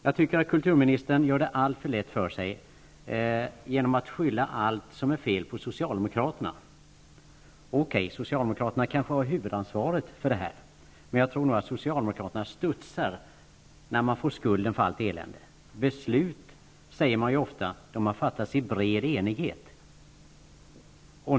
Jag tycker att kulturministern gör det alltför lätt för sig genom att skylla allt som är fel på socialdemokraterna. Okej, socialdemokraterna kanske har huvudansvaret för detta, men jag tror att socialdemokraterna studsar när de får skulden för allt elände. Det sägs ju ofta att beslut har fattats i bred enighet.